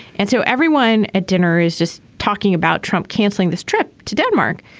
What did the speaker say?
and so everyone at dinner is just talking about trump canceling this trip to denmark.